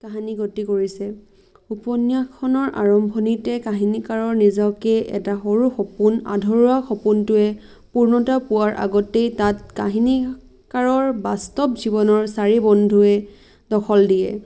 কাহিনী গতি কৰিছে উপন্যাসখনৰ আৰম্ভণিতে কাহিনীকাৰৰ নিজকে এটা সৰু সপোন আধৰুৱা সপোনটোৱে পূৰ্ণতা পোৱাৰ আগতেই তাত কাহিনীকাৰৰ বাস্তৱ জীৱনৰ চাৰি বন্ধুৱে দখল দিয়ে